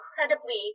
incredibly